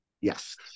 Yes